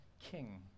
king